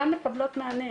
מקבלות מענה